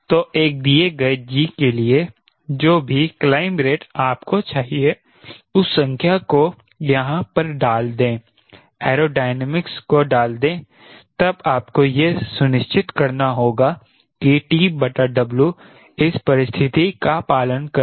तो एक दिए गए G के लिए जो भी क्लाइंब रेट आपको चाहिए उस संख्या को यहां पर डाल दें ऐरोडायनिमिक्स को डाल दें तब आपको यह सुनिश्चित करना होगा कि TW इस परिस्थिति का पालन करें